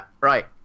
right